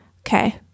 Okay